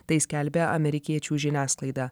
tai skelbia amerikiečių žiniasklaida